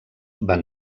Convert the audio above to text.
van